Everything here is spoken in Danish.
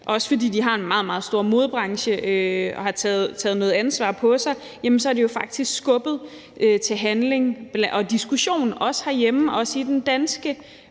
også fordi de har en meget, meget stor modebranche og har taget noget ansvar på sig, faktisk har skubbet til handling og diskussion, også herhjemme, også i den danske